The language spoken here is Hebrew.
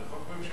זה חוק ממשלתי,